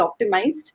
optimized